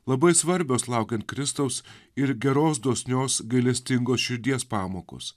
labai svarbios laukiant kristaus ir geros dosnios gailestingos širdies pamokos